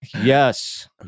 Yes